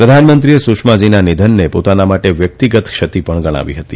પ્રધાનમંત્રીએ સુષ્માજીના નિધનને પોતાના માટે વ્યકિતગત ક્ષતિ પણ ગણાવી હતી